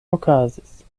okazis